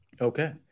Okay